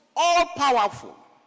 all-powerful